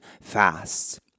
fast